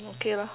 okay lah